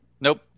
Nope